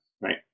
right